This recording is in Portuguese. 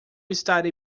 estarei